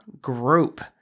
group